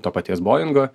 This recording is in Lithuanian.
to paties bojingo